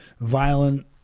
violent